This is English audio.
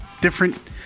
different